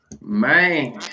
man